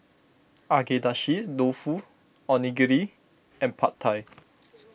Agedashi Dofu Onigiri and Pad Thai